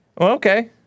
Okay